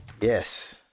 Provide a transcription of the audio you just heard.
Yes